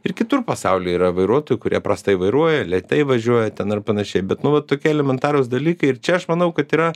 ir kitur pasaulyje yra vairuotojų kurie prastai vairuoja lėtai važiuoja ten ir panašiai bet nu va tokie elementarūs dalykai ir čia aš manau kad yra